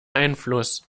einfluss